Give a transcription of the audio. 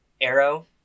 arrow